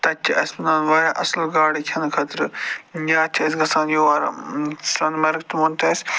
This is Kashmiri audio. تَتہِ چھِ اَسہِ میلان واریاہ اَصٕل گاڈٕ کھیٚنہٕ خٲطرٕ یا تہِ چھِ أسۍ گژھان یور سۄنہٕ مرگ تہِ ووٚن اَسہِ